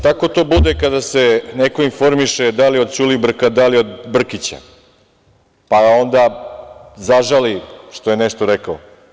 Tako to bude kada se neko informiše, da li od Ćulibrka, da li od Brkića, pa onda zažali što je nešto rekao.